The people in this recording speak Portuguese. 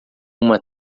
uma